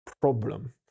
problem